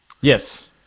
yes